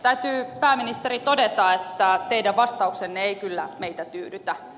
täytyy pääministeri todeta että teidän vastauksenne ei kyllä meitä tyydytä